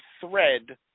thread